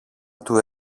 του